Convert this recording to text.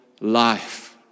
life